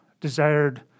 desired